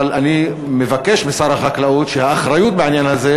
אבל אני מבקש משר החקלאות שהאחריות בעניין הזה,